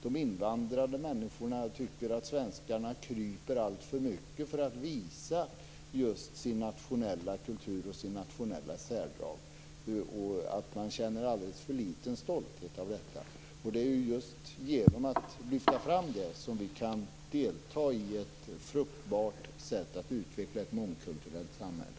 De invandrade människorna tycker att svenskarna kryper alltför mycket när det gäller att visa sin nationella kultur och sina nationella särdrag. Man känner alldeles för liten stolthet över detta. Det är genom att lyfta fram det som vi kan delta i ett fruktbart sätt att utveckla ett mångkulturellt samhälle.